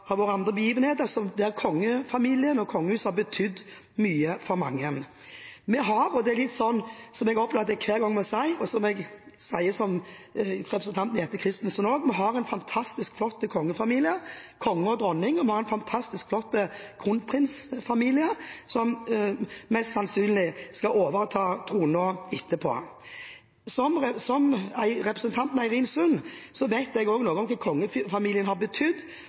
andre begivenheter – der kongefamilien og kongehuset har betydd mye for mange. Vi har – som jeg opplever at jeg hver gang må si, representanten Jette Christensen sa det også – en fantastisk flott kongefamilie, konge og dronning, og vi har en fantastisk flott kronprinsfamilie, som mest sannsynlig skal overta tronen. Som representanten Eirin Sund vet jeg også noe om hva kongefamilien har betydd